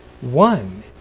one